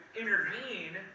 intervene